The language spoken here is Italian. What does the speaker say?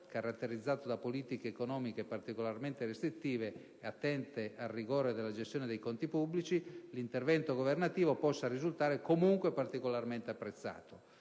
caratterizzato da politiche economiche particolarmente restrittive ed attente al rigore nella gestione dei conti pubblici, l'intervento governativo possa risultare comunque molto apprezzato,